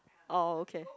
oh okay